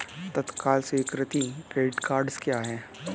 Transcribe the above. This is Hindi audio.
तत्काल स्वीकृति क्रेडिट कार्डस क्या हैं?